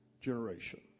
generation